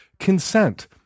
consent